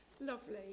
lovely